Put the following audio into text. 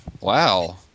Wow